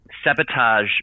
Sabotage